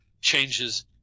changes